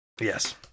Yes